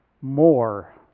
more